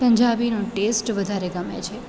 પંજાબીનો taste વધારે ગમે છે